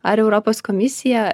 ar europos komisija